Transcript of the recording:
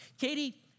Katie